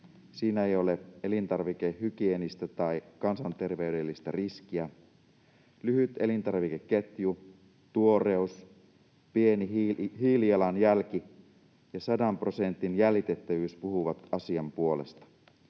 Siinä ei ole elintarvikehygieenistä tai kansanterveydellistä riskiä. Lyhyt elintarvikeketju, tuoreus, pieni hiilijalanjälki ja sadan prosentin jäljitettävyys puhuvat asian puolesta.